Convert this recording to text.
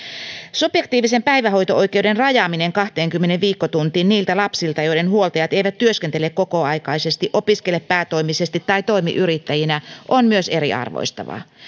subjektiivisen päivähoito oikeuden rajaaminen kahteenkymmeneen viikkotuntiin niiltä lapsilta joiden huoltajat eivät työskentele kokoaikaisesti opiskele päätoimisesti tai toimi yrittäjinä on myös eriarvoistavaa